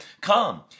come